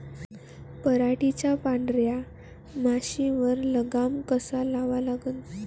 पराटीवरच्या पांढऱ्या माशीवर लगाम कसा लावा लागन?